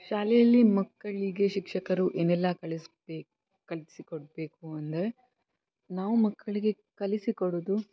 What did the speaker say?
ಶಾಲೆಯಲ್ಲಿ ಮಕ್ಕಳಿಗೆ ಶಿಕ್ಷಕರು ಏನೆಲ್ಲ ಕಲಿಸ್ಬೇಕು ಕಲಿಸಿಕೊಡಬೇಕು ಅಂದರೆ ನಾವು ಮಕ್ಕಳಿಗೆ ಕಲಿಸಿ ಕೊಡೋದು